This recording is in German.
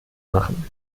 machen